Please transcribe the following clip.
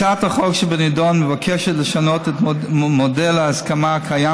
הצעת החוק שבנדון מבקשת לשנות את מודל ההסכמה הקיים